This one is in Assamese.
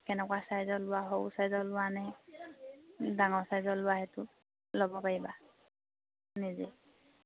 কেনেকুৱা চাইজৰ লোৱা সৰু চাইজৰ লোৱানে ডাঙৰ চাইজৰ লোৱা সেইটো ল'ব পাৰিবা নিজে